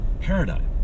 paradigm